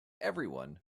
everyone